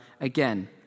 again